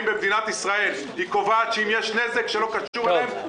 במדינת ישראל והיא קובעת שאם יש נזק שלא קשור אליהם,